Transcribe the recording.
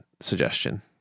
suggestion